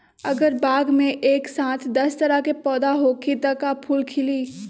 अगर बाग मे एक साथ दस तरह के पौधा होखि त का फुल खिली?